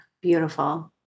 Beautiful